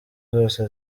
zose